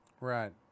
Right